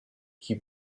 qui